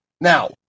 Now